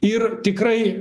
ir tikrai